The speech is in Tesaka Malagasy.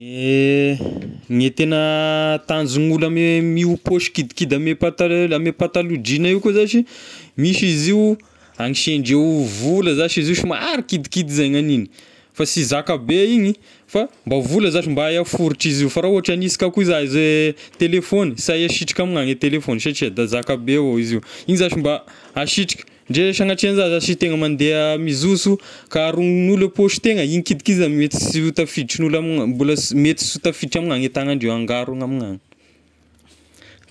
Gne tena tanzon'olo ame io pôsy kidikidy ame patalo- ame pataloha jeans io koa zashy misy izy io agnisihindreo vola zashy izy io somary kidikidy zay ny haniny fa sy zaka be igny fa vola zashy mba hay aforitra izy io, fa raha ohatra anisika koa za zay telefôna, sy hay asitrika aminy agny telefôna satria da zaka be avao izy io, igny zashy mba hasitrika ndre sagnatrian'izagny zashy e tegna mandeha mizoso ka haromin'olo pôsy tegna, igny kidikidy zagny mety sy ho tafiditry gn'olo amignao mbola mety sy tafiditra ame agny tagnandreo hangarona ame agny.